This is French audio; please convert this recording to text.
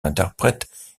interprète